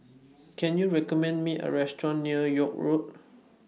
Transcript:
Can YOU recommend Me A Restaurant near York Road